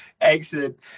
Excellent